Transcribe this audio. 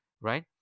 right